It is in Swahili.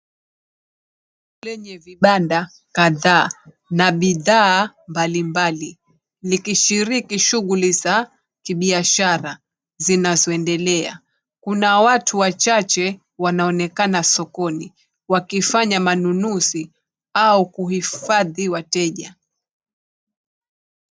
Hivi ni vibanda kadhaa na bidhaa mbali mbali, nikishiriki shughuli za kibiashara zinazoendelea. Kuna watu wachache wanaonekana sokoni wakifanya manunuzi au kuhifadhi wateja.